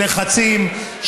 לחצים,